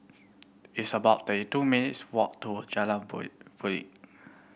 it's about thirty two minutes' walk to Jalan